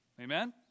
Amen